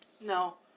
No